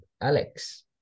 Alex